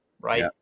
right